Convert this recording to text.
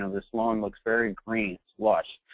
ah this lawn looks very green. it's lush,